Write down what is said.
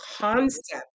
concept